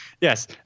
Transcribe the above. Yes